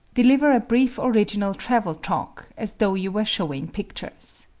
deliver a brief original travel talk, as though you were showing pictures.